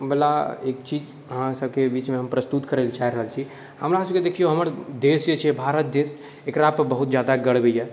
वला एक चीज अहाँ सबके बीचमे हम प्रस्तुत करैलए चाहि रहल छी हमरा सबके देखिऔ हमर देश जे छै भारत देश एकरापर बहुत ज्यादा गर्व अइ